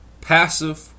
Passive